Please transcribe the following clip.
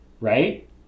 right